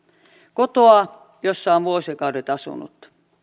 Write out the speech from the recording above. kotoa jossa on vuosikaudet asunut